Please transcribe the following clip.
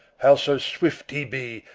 howso swift he be,